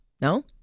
no